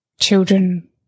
children